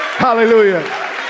Hallelujah